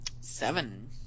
Seven